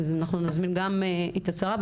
אנחנו נזמין גם את השרה,